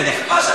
איזה נכבש,